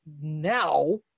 now